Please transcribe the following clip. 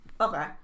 Okay